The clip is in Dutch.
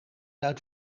uit